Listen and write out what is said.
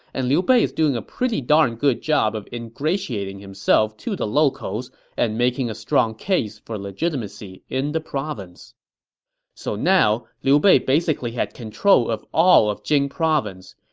and liu bei is doing a pretty and good job of ingratiating himself to the locals and making a strong case for legitimacy in the province so now, liu bei basically had control of all of jing province.